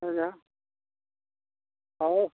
अच्छा और